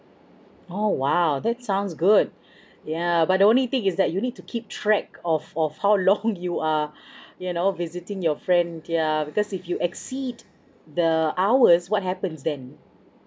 oh !wow! that sounds good yeah but the only thing is that you need to keep track of of how long you are you know visiting your friend yeah because if you exceed the hours what happens then